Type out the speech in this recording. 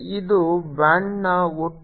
ಇದು ಬ್ಯಾಂಡ್ ನ ಒಟ್ಟು ಪ್ರದೇಶವಾಗಿದೆ